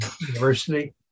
university